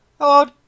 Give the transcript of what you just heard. Hello